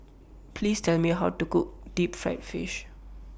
Please Tell Me How to Cook Deep Fried Fish